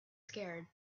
scared